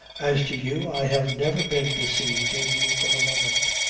as to you i have never been deceived in you for a moment.